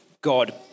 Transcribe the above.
God